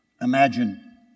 Imagine